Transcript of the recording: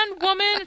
woman